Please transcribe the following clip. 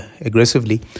aggressively